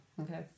Okay